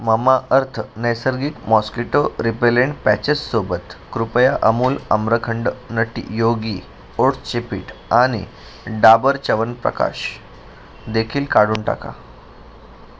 Mamaearth नैसर्गिक mosquito repellent पॅचेससोबत कृपया अमूल आम्रखंड नटी योगी ओटचे पीठ आणि डाबर च्यवनप्रकाश देखील काढून टाका